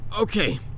Okay